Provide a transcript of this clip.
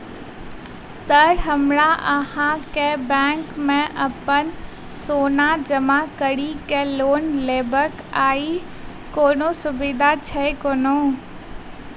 Sir हमरा अहाँक bank मे अप्पन सोना जमा करि केँ लोन लेबाक अई कोनो सुविधा छैय कोनो?